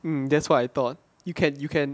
mm that's what I thought you can you can